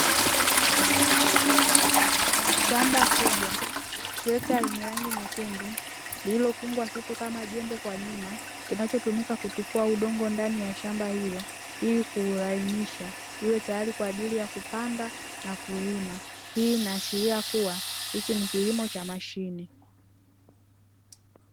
Shamba kubwa trekta yenye rangi nyekundu iliyofungwa kitu kama jembe kwa nyuma kinachotumika kutifua udongo ndani ya shamba hilo ili kuulainisha iwe tayari kwa ajili ya kupanda na kulima. Hii inaashiria kuwa hichi ni kilimo cha mashine.